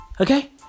okay